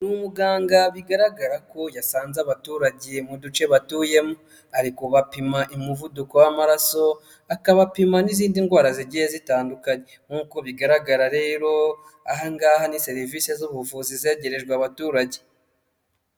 Umuganga bigaragara ko yasanze abaturage mu duce batuyemo, ari kubapima umuvuduko w'amaraso, akabapima n'izindi ndwara zigiye zitandukanye nk'uko bigaragara rero aha ngaha ni serivisi z'ubuvuzi zegerejwe abaturage.